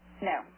No